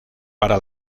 para